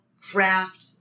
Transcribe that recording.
craft